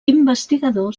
investigador